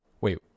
Wait